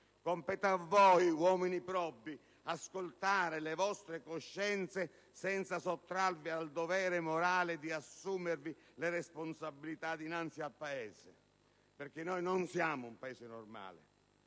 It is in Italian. Compete a voi, uomini probi, ascoltare le vostre coscienze senza sottrarvi al dovere morale di assumervi le responsabilità dinanzi al Paese, perché noi non siamo un Paese normale.